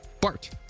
Bart